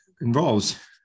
involves